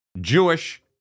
Jewish